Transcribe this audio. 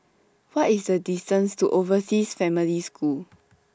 What IS The distance to Overseas Family School